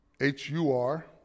H-U-R